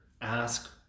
ask